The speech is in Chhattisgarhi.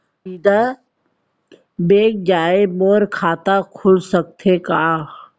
बिना बैंक जाए मोर खाता खुल सकथे का?